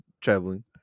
traveling